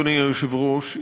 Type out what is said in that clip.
אדוני היושב-ראש,